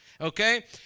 okay